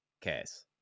case